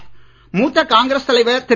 ழூத்த காங்கிரஸ் தலைவர் திரு